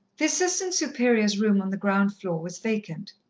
the assistant superior's room on the ground floor was vacant.